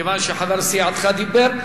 כיוון שחבר סיעתך דיבר.